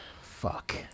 Fuck